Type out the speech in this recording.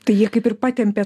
tai jie kaip ir patempė